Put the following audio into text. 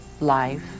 life